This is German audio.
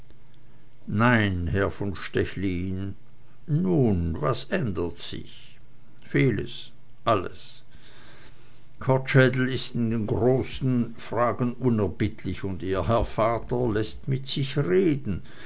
nein herr von stechlin nun was ändert sich vieles alles kortschädel war in den großen fragen unerbittlich und ihr herr vater läßt mit sich reden